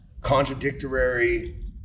contradictory